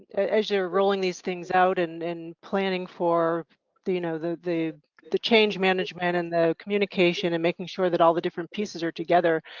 as you're rolling these things out and and planning for the you know, the the change management and the communication and making sure that all the different pieces are together.